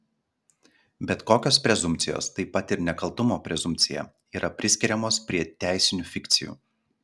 bet kokios prezumpcijos taip pat ir nekaltumo prezumpcija yra priskiriamos prie teisinių fikcijų